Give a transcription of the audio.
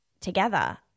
together